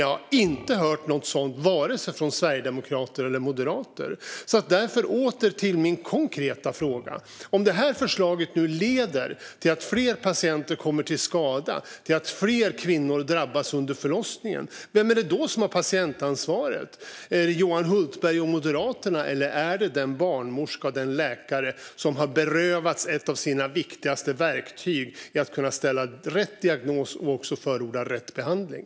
Jag har dock inte hört något sådant vare sig från sverigedemokrater eller från moderater. Därför återkommer jag till min konkreta fråga. Om detta förslag leder till att fler patienter kommer till skada och till att fler kvinnor drabbas under förlossningen, vem är det då som har patientansvaret? Är det Johan Hultberg och Moderaterna, eller är det den barnmorska eller läkare som har berövats ett av sina viktigaste verktyg för att kunna ställa rätt diagnos och förorda rätt behandling?